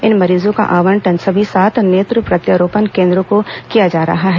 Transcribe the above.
इन मरीजों का आवंटन सभी सात नेत्र प्रत्यारोपण केंद्रों को किया जा रहा है